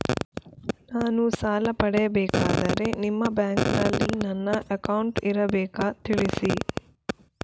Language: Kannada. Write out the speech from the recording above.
ನಾನು ಸಾಲ ಪಡೆಯಬೇಕಾದರೆ ನಿಮ್ಮ ಬ್ಯಾಂಕಿನಲ್ಲಿ ನನ್ನ ಅಕೌಂಟ್ ಇರಬೇಕಾ ತಿಳಿಸಿ?